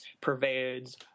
pervades